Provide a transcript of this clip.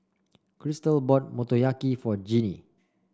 Cristal bought Motoyaki for Jeannie